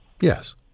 Yes